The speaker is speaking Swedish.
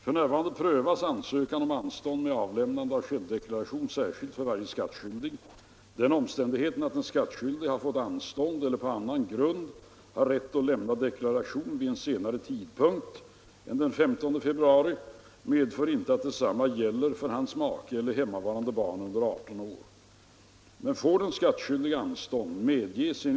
Med anledning härav får jag ställa följande fråga till herr finansministern: Vill statsrådet, med hänsyn till de ekonomiska och budgetmässiga fördelar som står att vinna, ta initiativ som syftar till sådana ändringar i statsbidragsbestämmelserna som gör det möjligt för kommunerna att lokalmässigt integrera förskola med lågoch mellanstadieskola?